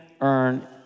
earn